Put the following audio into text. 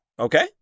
Okay